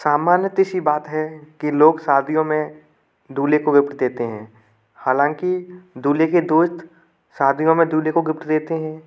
सामान्य सी बात है कि लोग शादियों में दूल्हे को गिफ्ट देते हैं हालाँकि दूल्हे के दोस्त शादियों में दूल्हे को गिफ्ट देते हैं